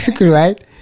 Right